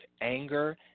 anger